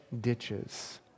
ditches